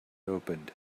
opened